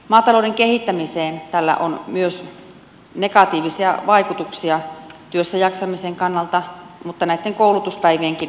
maatalouden kehittämiseen tällä on myös negatiivisia vaikutuksia työssäjaksamisen kannalta mutta näitten koulutuspäivienkin kannalta